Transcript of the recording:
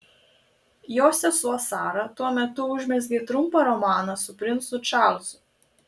jos sesuo sara tuo metu užmezgė trumpą romaną su princu čarlzu